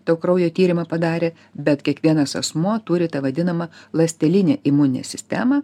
tau kraujo tyrimą padarė bet kiekvienas asmuo turi tą vadinamą ląstelinę imuninę sistemą